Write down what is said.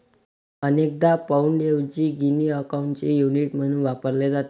अनेकदा पाउंडऐवजी गिनी अकाउंटचे युनिट म्हणून वापरले जाते